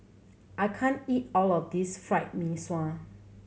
I can't eat all of this Fried Mee Sua